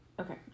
Okay